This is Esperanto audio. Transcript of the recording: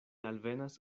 alvenas